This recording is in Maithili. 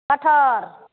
कटहर